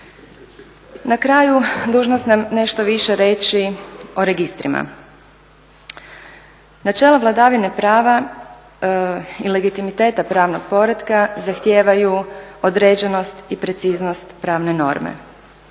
Na kraju, dužna sam nešto više reći o registrima. Načelo vladavine prava i legitimiteta pravnog poretka zahtijevaju određenost i preciznost pravne norme.